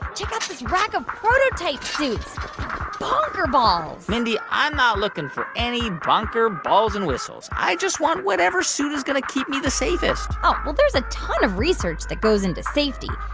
check out this rack of prototype suits. they're bonkerballs mindy, i'm not looking for any bonkerballs and whistles. i just want whatever suit is going to keep me the safest um well, there's a ton of research that goes into safety.